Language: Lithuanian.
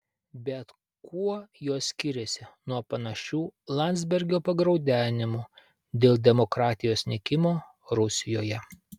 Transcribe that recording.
bet kuo jos skiriasi nuo panašių landsbergio pagraudenimų dėl demokratijos nykimo rusijoje